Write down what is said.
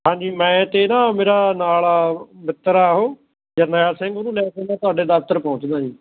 ਹਾਂਜੀ ਮੈਂ ਅਤੇ ਨਾ ਮੇਰਾ ਨਾਲ ਆ ਮਿੱਤਰ ਆ ਉਹ ਜਰਨੈਲ ਸਿੰਘ ਉਹਨੂੰ ਲੈ ਕੇ ਮੈਂ ਤੁਹਾਡੇ ਦਫ਼ਤਰ ਪਹੁੰਚਦਾ ਜੀ